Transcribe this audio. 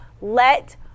Let